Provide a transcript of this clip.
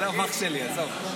עזוב, אח שלי, עזוב.